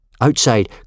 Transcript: Outside